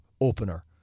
opener